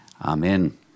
amen